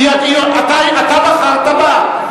אתה בחרת בה?